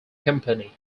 company